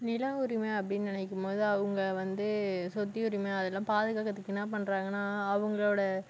நில உரிமை அப்படினு நினைக்கும்போது அவங்க வந்து சொத்துரிமை அதெலாம் பாதுக்காக்கிறதுக்கு என்ன பண்ணுறாங்கனா அவங்ளோட